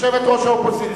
יושבת-ראש האופוזיציה.